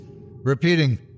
repeating